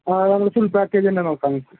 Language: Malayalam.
ആ നമുക്ക് ഫുൾ പാക്കേജ് തന്നെ നോക്കാം